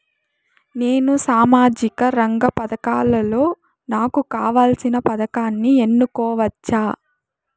నేను సామాజిక రంగ పథకాలలో నాకు కావాల్సిన పథకాన్ని ఎన్నుకోవచ్చా?